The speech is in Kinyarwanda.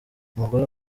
umugore